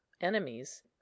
enemies